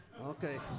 Okay